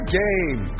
game